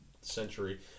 century